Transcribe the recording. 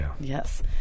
Yes